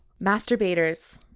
masturbators